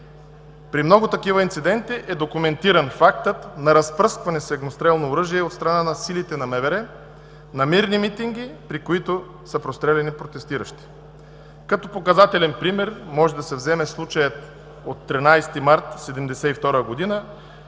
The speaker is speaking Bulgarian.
При много такива инциденти е документиран фактът на разпръскване с огнестрелно оръжие от страна на силите на МВР на мирни митинги, при което са простреляни протестиращи. Като показателен пример може да се вземе случаят от 13 март 1972